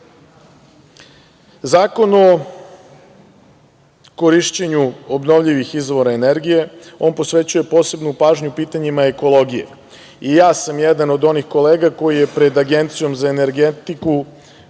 o korišćenju obnovljivih izvora energije posvećuje posebnu pažnju pitanjima ekologije. Ja sam jedan od onih kolega koji je pred Agencijom za energetiku